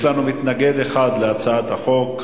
יש לנו מתנגד אחד להצעת החוק,